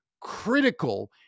critical